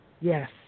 Yes